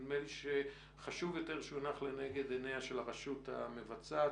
נדמה לי שחשוב יותר שיונח לנגד עיניה של הרשות המבצעת,